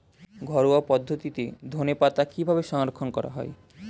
ঘরোয়া পদ্ধতিতে ধনেপাতা কিভাবে সংরক্ষণ করা হয়?